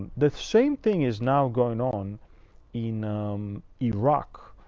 the same thing is now going on in iraq.